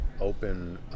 open